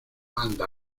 manda